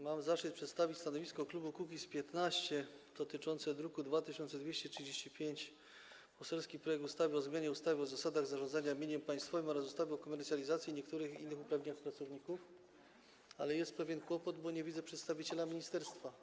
Mam zaszczyt przedstawić stanowisko klubu Kukiz’15 dotyczące druku nr 2235, tj. poselskiego projektu ustawy o zmianie ustawy o zasadach zarządzania mieniem państwowym oraz ustawy o komercjalizacji i niektórych uprawieniach pracowników, ale jest pewien kłopot, bo nie widzę przedstawiciela ministerstwa.